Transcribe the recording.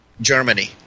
Germany